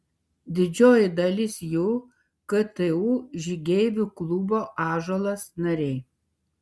didžioji dalis jų ktu žygeivių klubo ąžuolas nariai